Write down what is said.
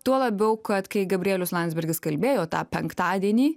tuo labiau kad kai gabrielius landsbergis kalbėjo tą penktadienį